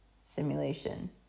simulation